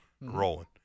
rolling